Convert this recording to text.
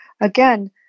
again